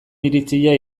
iritzia